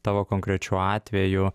tavo konkrečiu atveju